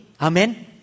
Amen